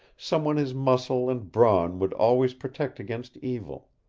someone his muscle and brawn would always protect against evil.